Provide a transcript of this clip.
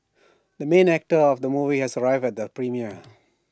the main actor of the movie has arrived at the premiere